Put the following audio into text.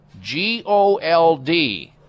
G-O-L-D